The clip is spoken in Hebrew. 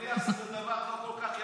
אני אגיד לך שזה דבר לא כל כך יפה.